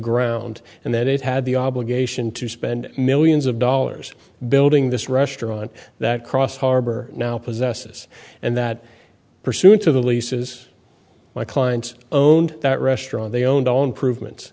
ground and that it had the obligation to spend millions of dollars building this restaurant that cross harbor now possesses and that pursuant to the leases my clients own that restaurant they owned all improvement